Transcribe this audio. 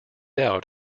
out